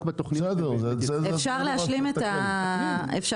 רק בתכניות --- אפשר להשלים את דבריי,